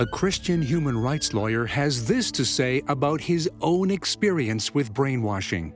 a christian human rights lawyer has this to say about his own experience with brainwashing